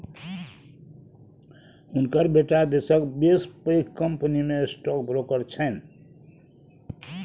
हुनकर बेटा देशक बसे पैघ कंपनीमे स्टॉक ब्रोकर छनि